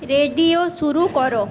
radio শুরু করো